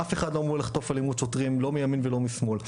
אף אחד לא אמור לחטוף אלימות שוטרים לא מימין ולא משמאל.